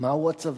מהו הצבא,